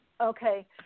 Okay